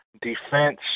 defense